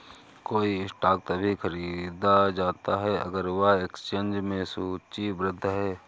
कोई स्टॉक तभी खरीदा जाता है अगर वह एक्सचेंज में सूचीबद्ध है